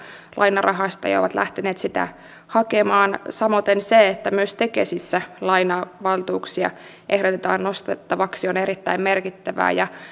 lainarahasta ja ovat lähteneet sitä hakemaan samoiten se että myös tekesissä lainavaltuuksia ehdotetaan nostettavaksi on erittäin merkittävää